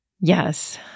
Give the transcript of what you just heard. Yes